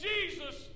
Jesus